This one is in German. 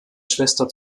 schwester